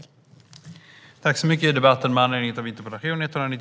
Svar på interpellationer